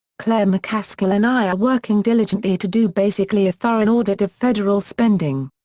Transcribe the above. claire mccaskill and i are working diligently to do basically a thorough and audit of federal spending.